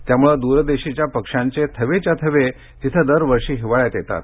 त्यामुळे द्रदेशीच्या पक्ष्यांचे थवेच्या थवे तिथे दरवर्षी हिवाळ्यात येतात